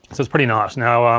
it's it's pretty nice. now, um